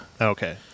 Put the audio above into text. Okay